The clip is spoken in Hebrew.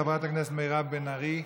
חברת הכנסת מירב בן ארי,